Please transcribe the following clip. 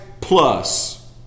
plus